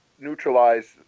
neutralize